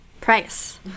Price